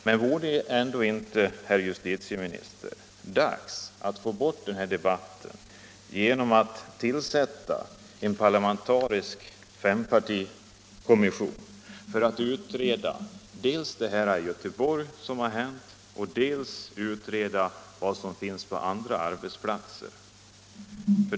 Men vore det ändå inte, herr justitieminister, dags att få bort den här debatten genom att tillsätta en parlamentarisk fempartikommission för att utreda dels vad som hänt i Göteborg, dels om liknande saker förekommer på andra arbetsplatser.